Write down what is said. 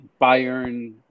Bayern